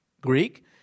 Greek